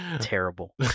Terrible